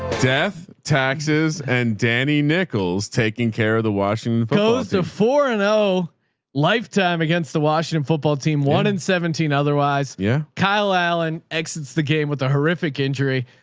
death taxes and danny nichols taking care of the washington post. speaker ah four and o lifetime against the washington football team one and seventeen. otherwise yeah kyle allen exits the game with a horrific injury.